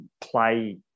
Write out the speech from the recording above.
play